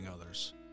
others